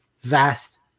vast